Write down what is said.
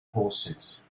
horses